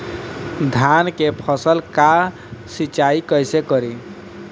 धान के फसल का सिंचाई कैसे करे?